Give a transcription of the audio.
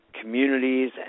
communities